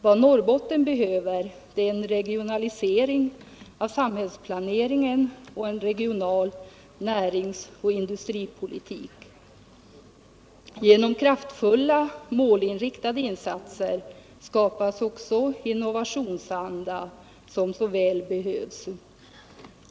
Vad Norrbotten behöver är en regionalisering av samhällsplaneringen och en regional näringsoch industripolitik. Genom kraftfulla målinriktade insatser skapas också innovationsanda, som så väl behövs.